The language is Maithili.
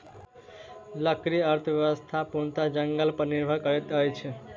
लकड़ी अर्थव्यवस्था पूर्णतः जंगल पर निर्भर करैत अछि